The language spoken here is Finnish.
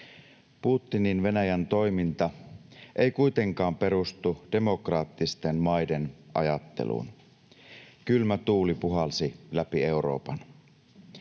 Putinin Venäjän toiminta ei kuitenkaan perustu demokraattisten maiden ajatteluun. Kylmä tuuli puhalsi läpi Euroopan.